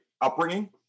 upbringing